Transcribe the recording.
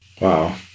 Wow